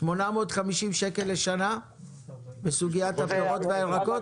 מדובר על 850 שקל לשנה בסוגיית הפירות והירקות?